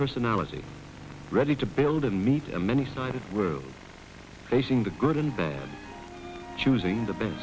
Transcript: personality ready to build a meet a many sided we're facing the good and bad choosing the best